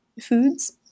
foods